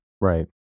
Right